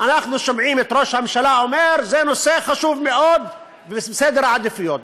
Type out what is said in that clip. אנחנו שומעים את ראש הממשלה אומר שזה נושא חשוב מאוד ובסדר העדיפויות.